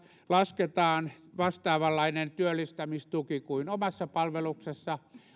lasketaan vastaavanlainen työllistämistuki kuin omassa palveluksessa